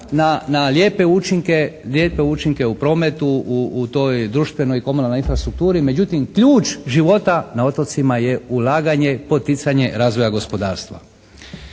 na lijepe učinke u prometu, u toj društvenoj i komunalnoj infrastrukturi. Međutim ključ života na otocima je ulaganje, poticanje razvoja gospodarstva.